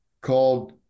called